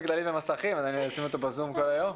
כללי במסכים אז אני אשים את הילד מול הזום כל היום?